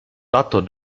tato